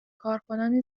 کارکنان